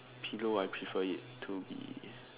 pillow I prefer it to be